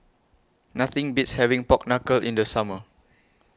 Nothing Beats having Pork Knuckle in The Summer